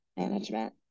management